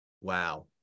Wow